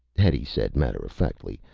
hetty said matter-of-factly,